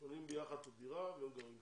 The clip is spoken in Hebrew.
קונים ביחד את הדירה וגרים שם.